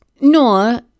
no